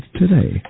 today